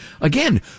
again